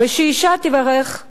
ושאשה תברך: